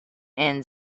and